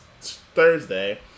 Thursday